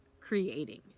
creating